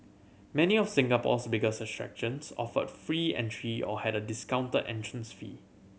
many of Singapore's biggest attractions offered free entry or had a discounted entrance fee